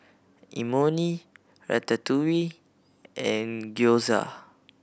Imoni Ratatouille and Gyoza